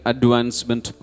Advancement